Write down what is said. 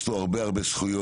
יש לו הרבה זכויות